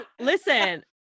Listen